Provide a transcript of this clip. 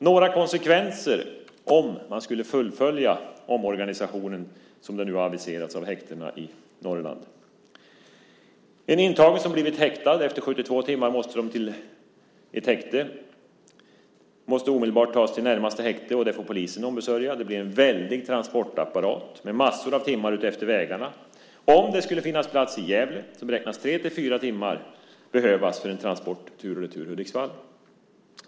Några konsekvenser om man skulle fullfölja omorganisationen av häktena i Norrland som de har aviserats blir: En intagen som blivit häktad - efter 72 timmar måste de till ett häkte - måste omedelbart tas till närmaste häkte. Det får polisen ombesörja. Det blir en väldig transportapparat med massor av timmar på vägarna. Om det finns plats i Gävle beräknas tre till fyra timmar behövas för en transport tur och retur Hudiksvall.